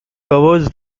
covers